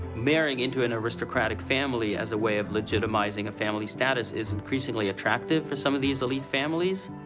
marrying into an aristocratic family as a way of legitimizing a family status is increasingly attractive for some of these elite families.